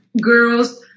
girls